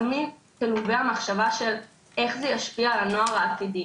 תמיד תלווה המחשבה של איך זה ישפיע על הנוער העתידי,